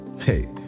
hey